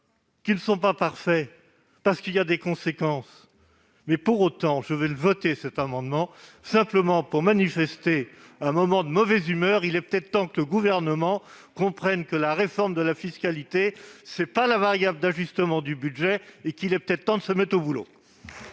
qu'ils ne sont pas parfaits, qu'ils comportent des risques. Pour autant, je vais voter cet amendement, simplement pour manifester ma mauvaise humeur. Il est peut-être temps que le Gouvernement comprenne que la réforme de la fiscalité n'est pas la variable d'ajustement du budget et qu'il est temps de se mettre au boulot